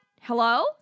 hello